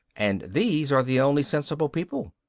and these are the only sensible people.